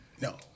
No